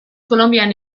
kolonbian